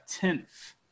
tenth